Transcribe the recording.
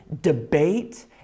debate